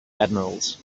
admirals